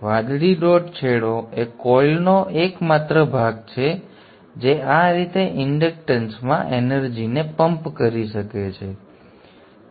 તેથી વાદળી ડોટ છેડો એ કોઈલ નો એક માત્ર ભાગ છે જે આ રીતે ઇન્ડક્ટન્સમાં એનર્જીને પમ્પ કરી શકે છે